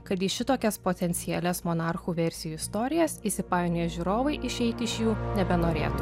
kad į šitokias potencialias monarchų versijų istorijas įsipainioję žiūrovai išeiti iš jų nebenorėtų